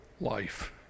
life